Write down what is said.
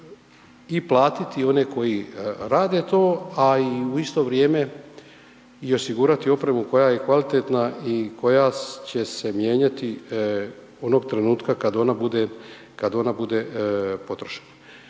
i platiti one koji rade to, a i u isto vrijeme osigurati opremu koja je kvaliteta i koja će se mijenjati onog trenutka kad ona bude potrošena.